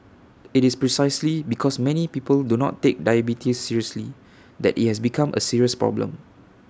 IT is precisely because many people do not take diabetes seriously that IT has become A serious problem